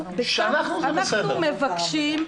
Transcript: אנחנו מבקשים,